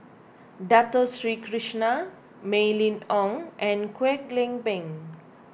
Dato Sri Krishna Mylene Ong and Kwek Leng Beng